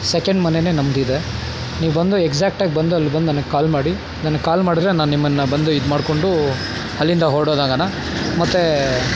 second ಮನೆನೆ ನಮ್ಮದಿದೆ ನೀವು ಬಂದು ಎಗ್ಸಾಕ್ಟಾಗಿ ಬಂದು ಅಲ್ಲಿ ಬಂದು ನನಗೆ ಕಾಲ್ ಮಾಡಿ ನನಗೆ ಕಾಲ್ ಮಾಡಿದ್ರೆ ನಾನು ನಿಮ್ಮನ್ನು ಬಂದು ಇದು ಮಾಡಿಕೊಂಡು ಅಲ್ಲಿಂದ ಹೊರ್ಡೋದಾಗಾನ ಮತ್ತೆ